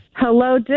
Hello